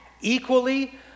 equally